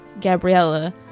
Gabriella